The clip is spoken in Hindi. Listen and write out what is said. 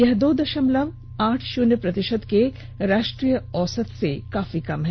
यह दो दशमलव आठ शून्य प्रतिशत के राष्ट्रीय औसत से काफी कम है